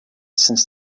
since